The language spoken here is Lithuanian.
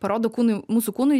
parodo kūnui mūsų kūnui